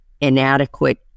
inadequate